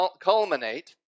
culminate